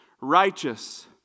Righteous